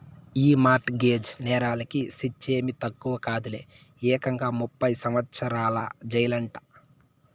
ఈ mortgage నేరాలకి శిచ్చేమీ తక్కువ కాదులే, ఏకంగా ముప్పై సంవత్సరాల జెయిలంట